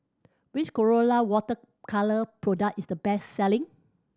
which Colora Water Colour product is the best selling